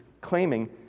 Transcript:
claiming